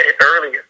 earlier